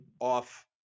off